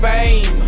Fame